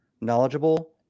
knowledgeable